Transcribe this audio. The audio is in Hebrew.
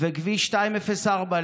וכביש 204,